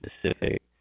specific